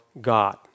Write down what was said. God